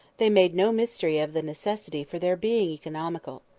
they made no mystery of the necessity for their being economical.